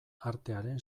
artearen